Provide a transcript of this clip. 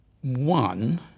One